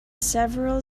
several